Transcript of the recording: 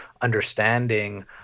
understanding